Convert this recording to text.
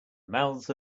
mouths